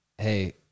Hey